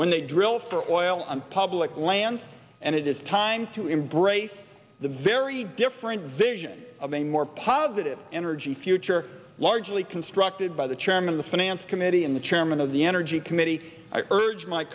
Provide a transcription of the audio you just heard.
when they drill for oil on public lands and it is time to embrace the very different vision of a more positive energy future largely constructed by the chairman the finance committee and the chairman of the energy committee i urge my